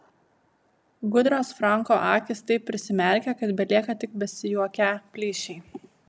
gudrios franko akys taip prisimerkia kad belieka tik besijuokią plyšiai